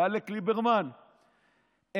ועלק ליברמן,